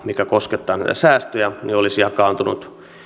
mikä koskettaa näitä säästöjä olisi jakaantunut